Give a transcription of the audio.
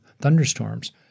thunderstorms